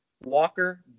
Walker